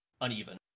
uneven